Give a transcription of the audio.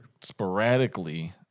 sporadically